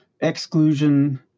exclusion